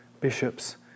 bishops